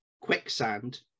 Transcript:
quicksand